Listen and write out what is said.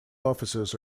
offices